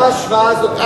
למה ההשוואה הזאת,